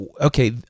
okay